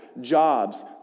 jobs